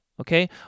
okay